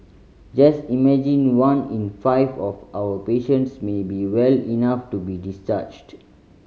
just imagine one in five of our patients may be well enough to be discharged